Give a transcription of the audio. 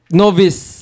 novice